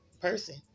person